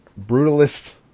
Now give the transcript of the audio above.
Brutalist